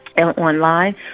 online